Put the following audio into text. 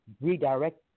redirect